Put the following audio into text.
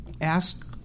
ask